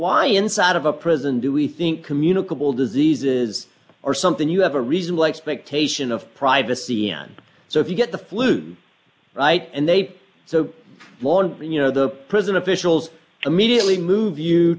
why inside of a prison do we think communicable diseases or something you have a reasonable expectation of privacy and so if you get the flu and they so long you know the prison officials immediately move